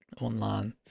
online